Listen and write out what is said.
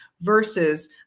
versus